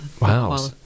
Wow